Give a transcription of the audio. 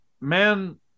man